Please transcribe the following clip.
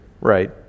right